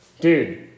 Dude